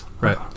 Right